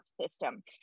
system